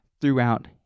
throughout